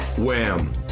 Wham